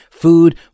food